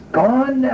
gone